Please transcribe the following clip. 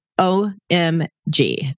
Omg